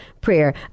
prayer